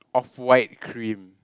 off-white cream